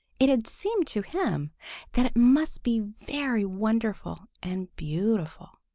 it had seemed to him that it must be very wonderful and beautiful.